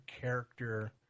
character